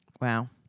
Wow